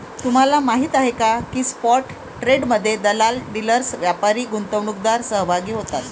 तुम्हाला माहीत आहे का की स्पॉट ट्रेडमध्ये दलाल, डीलर्स, व्यापारी, गुंतवणूकदार सहभागी होतात